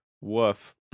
Woof